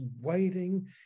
waiting